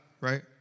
right